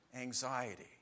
anxiety